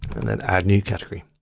and then add new category.